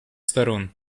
сторон